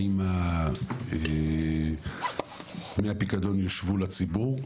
האם דמי הפיקדון יושבו לציבור.